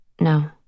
no